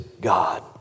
God